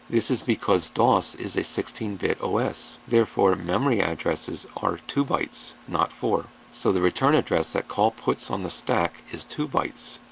this is because dos is a sixteen bit os. therefore, memory addresses are two bytes, not four, so the return address that call puts on the stack is two bytes.